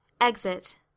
Exit